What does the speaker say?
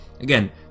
again